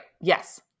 Yes